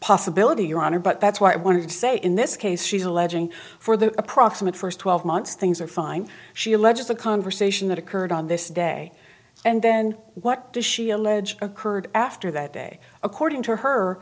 possibility your honor but that's why i want to say in this case she's alleging for the approximate first twelve months things are fine she alleges a conversation that occurred on this day and then what does she allege occurred after that day according to her